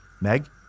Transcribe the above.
Meg